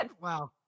Wow